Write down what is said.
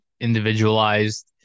individualized